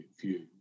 view